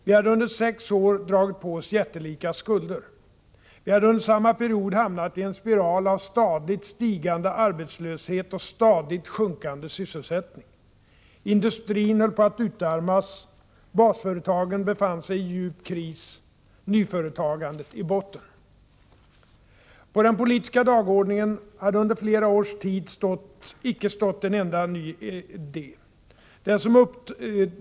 Vi hade under sex år dragit på oss jättelika skulder. Vi hade under samma period hamnat i en spiral av stadigt stigande arbetslöshet och stadigt sjunkande sysselsättning. Industrin höll på att utarmas, basföretagen befann sig i djup kris, nyföretagandet i botten. På den politiska dagordningen hade under flera års tid stått icke en enda ny idé.